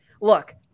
look